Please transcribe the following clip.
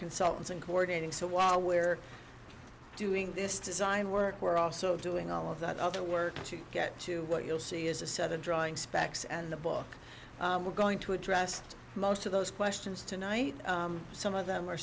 consultants and coordinating so while we're doing this design work we're also doing all of that other work to get to what you'll see is a seven drawing specs and a book we're going to address most of those questions tonight some of them are